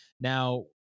now